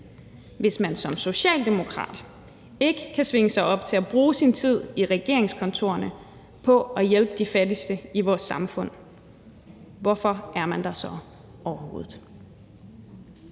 Hvis man som socialdemokrat ikke kan svinge sig op til at bruge sin tid i regeringskontorerne på at hjælpe de fattigste i vores samfund, hvorfor er man der så overhovedet?